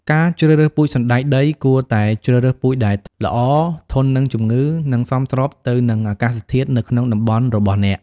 ការជ្រើសរើសពូជសណ្តែកដី គួរតែជ្រើសរើសពូជដែលល្អ ធន់នឹងជំងឺ និងសមស្របទៅនឹងអាកាសធាតុនៅក្នុងតំបន់របស់អ្នក។